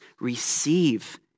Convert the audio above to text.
receive